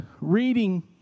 reading